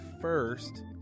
first